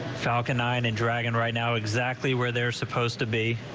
falcon nine and dragon right now exactly where they're supposed to be.